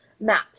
map